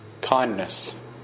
Kindness